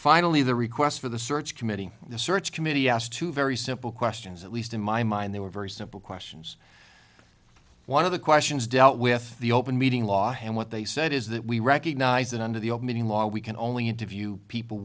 finally the request for the search committee the search committee asked two very simple questions at least in my mind they were very simple questions one of the questions dealt with the open meeting law and what they said is that we recognize that under the old meaning law we can only interview people